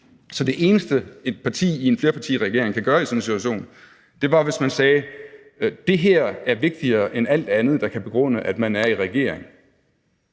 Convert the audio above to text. et parti i en flerpartiregering kunne gøre i sådan en situation, hvis man sagde, at det her var vigtigere end alt andet, der kan begrunde, at man er i regering,